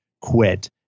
quit